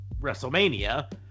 wrestlemania